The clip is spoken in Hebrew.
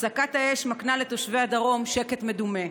הפסקת האש מקנה לתושבי הדרום שקט מדומה.